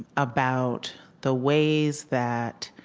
about the ways that